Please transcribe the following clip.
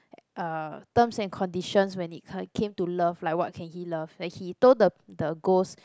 uh terms and conditions when it co~ came to love like what can he love that he told the the ghost